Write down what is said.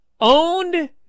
owned